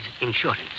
insurance